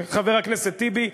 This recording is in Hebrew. חבר הכנסת טיבי,